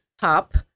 top